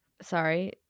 Sorry